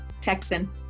Texan